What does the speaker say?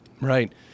Right